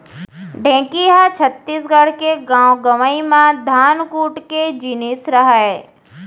ढेंकी ह छत्तीसगढ़ के गॉंव गँवई म धान कूट के जिनिस रहय